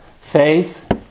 faith